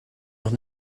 noch